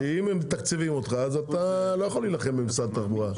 אם מתקצבים אותך אז אתה לא יכול להילחם במשרד התחבורה.